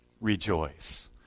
rejoice